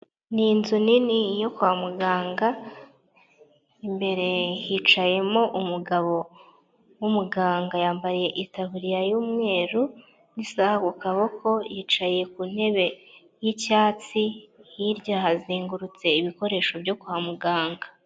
Ni inzu nini yo kwa muganga; imbere hicayemo umugabo w'umuganga yambaye itaburiya y'umweru n'isaha ku kaboko yicaye ku ntebe y'icyatsi; hirya hazengurutse ibikoresho byo kwa muganga.